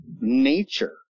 nature